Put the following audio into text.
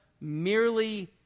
merely